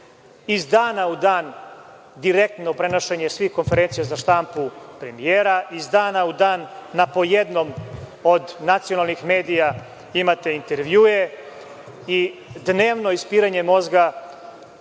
iz dana u dan direktno prenošenje svih konferencija za štampu premijera, iz dana u dan na po jednom od nacionalnih medija imate intervjue i dnevno ispiranje mozga